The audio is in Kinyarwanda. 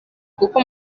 kuko